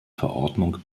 verordnung